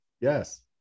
Yes